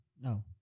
no